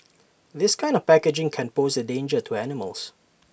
this kind of packaging can pose A danger to animals